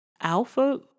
alpha